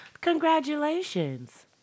Congratulations